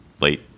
late